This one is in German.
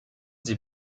sie